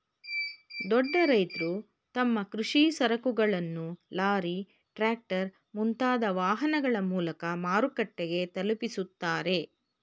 ದೊಡ್ಡ ರೈತ್ರು ತಮ್ಮ ಕೃಷಿ ಸರಕುಗಳನ್ನು ಲಾರಿ, ಟ್ರ್ಯಾಕ್ಟರ್, ಮುಂತಾದ ವಾಹನಗಳ ಮೂಲಕ ಮಾರುಕಟ್ಟೆಗೆ ತಲುಪಿಸುತ್ತಾರೆ